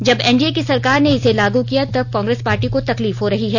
जब एनडीए की सरकार ने इसे लागू किया तब कांग्रेस पार्टी को तकलीफ हो रही है